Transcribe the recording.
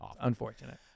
Unfortunate